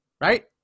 right